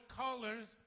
colors